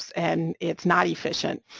and it's not efficient,